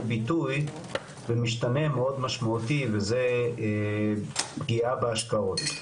ביטוי במשתנה מאוד משמעותי וזה פגיעה בהשקעות,